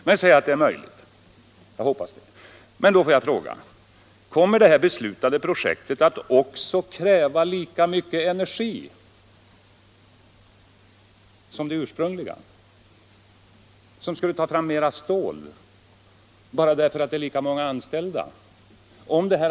Men säg att det är möjligt, och då vill jag fråga: Kommer det beslutade projektet att kräva lika mycket energi som det ursprungliga, som skulle ta fram mera stål, bara därför att det blir lika många anställda?